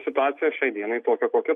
situacija šiai dienai tokia kokia